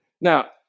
Now